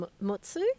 mutsu